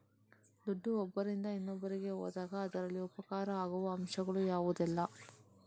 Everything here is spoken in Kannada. ದುಡ್ಡು ಒಬ್ಬರಿಂದ ಇನ್ನೊಬ್ಬರಿಗೆ ಹೋದಾಗ ಅದರಲ್ಲಿ ಉಪಕಾರ ಆಗುವ ಅಂಶಗಳು ಯಾವುದೆಲ್ಲ?